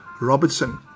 Robertson